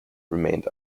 remained